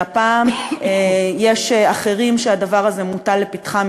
והפעם יש אחרים שהדבר הזה מוטל לפתחם,